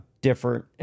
different